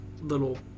little